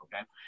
okay